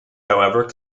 however